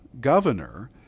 governor